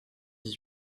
dix